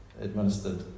administered